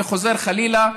וחוזר חלילה,